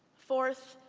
fourth,